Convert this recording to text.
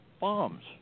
bombs